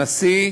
הנשיא,